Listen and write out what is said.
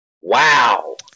Wow